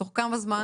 תוך כמה זמן?